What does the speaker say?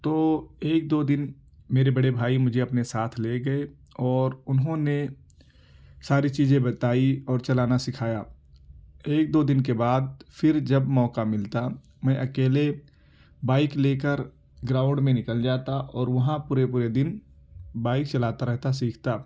تو ایک دو دن میرے بڑے بھائی مجھے اپنے ساتھ لے گئے اور انہوں نے ساری چیزیں بتائی اور چلانا سکھایا ایک دو دن کے بعد پھر جب موقع ملتا میں اكیلے بائک لے كر گراؤنڈ میں نكل جاتا اور وہاں پورے پورے دن بائک چلاتا رہتا سیکھتا